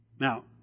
Now